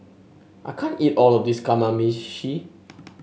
I can't eat all of this Kamameshi